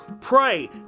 pray